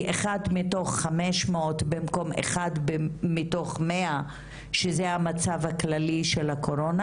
1/500 במקום 1/100 שזה המצב הכללי של הקורונה,